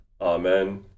Amen